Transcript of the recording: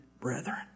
brethren